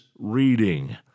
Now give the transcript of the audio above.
Reading